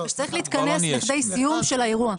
צריך להתכנס לכדי סיום של האירוע.